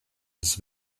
his